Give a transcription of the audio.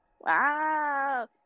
Wow